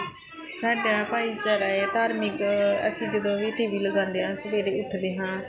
ਸਾਡਾ ਭਾਈਚਾਰਾ ਹੈ ਧਾਰਮਿਕ ਅਸੀਂ ਜਦੋਂ ਵੀ ਟੀ ਵੀ ਲਗਾਉਂਦੇ ਹਾਂ ਸਵੇਰੇ ਉੱਠਦੇ ਹਾਂ